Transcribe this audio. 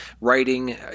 writing